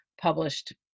published